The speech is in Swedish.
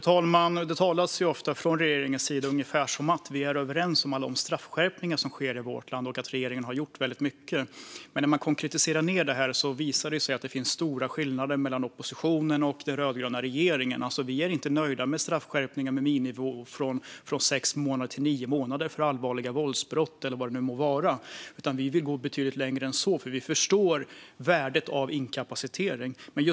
Fru talman! Regeringen säger ofta att vi alla är överens om de straffskärpningar som sker och att mycket har gjorts. Men det finns stora skillnader mellan oppositionen och den rödgröna regeringen. Vi är inte nöjda med straffskärpningar med miniminivåer på sex till nio månader för allvarliga våldsbrott, utan vill vi gå betydligt längre än så eftersom vi förstår värdet av inkapacitering.